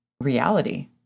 reality